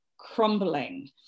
crumbling